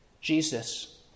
Jesus